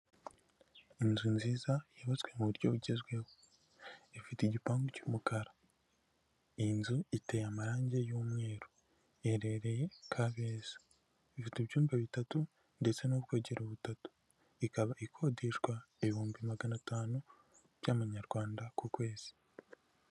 Inzu nziza yubatswe mu buryo bugezweho, ifite igipangu cy'umukara. Iyi nzu iteye amarangi y'umweru iherereye Kabeza, ifite ibyumba bitatu ndetse n'ubwogero butatu, ikaba ikodeshwa ibihumbi magana atanu by'amanyarwanda ku kwezi.